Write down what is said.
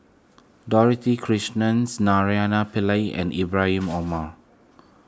Dorothy Krishnan Naraina Pillai and Ibrahim Omar